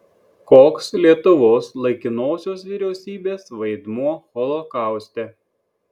koks lietuvos laikinosios vyriausybės vaidmuo holokauste